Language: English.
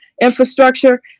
infrastructure